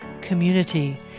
Community